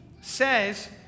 says